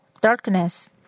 darkness